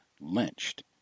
lynched